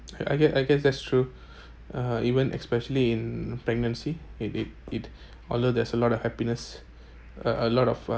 I guess I guess that's true uh even especially in pregnancy it it it although there's a lot of happiness a a lot of uh